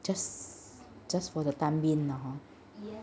just just for the time being lah !huh!